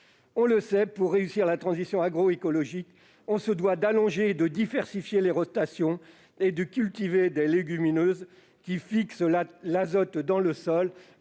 On le sait, pour réussir la transition agroécologique, il faut allonger et diversifier les rotations et cultiver des légumineuses qui fixent l'azote dans le sol.